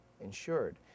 insured